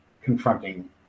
confronting